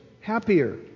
happier